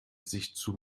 sich